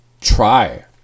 try